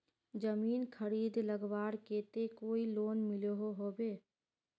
जमीन खरीद लगवार केते कोई लोन मिलोहो होबे?